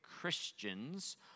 Christians